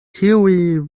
tiuj